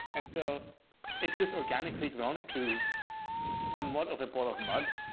and so it's just organically grown into somewhat of a ball of mud.